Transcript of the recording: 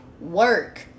work